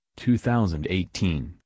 2018